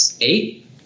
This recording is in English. eight